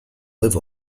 live